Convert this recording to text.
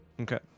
Okay